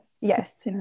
Yes